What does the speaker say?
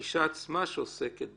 האישה עצמה שעוסקת בזה,